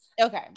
Okay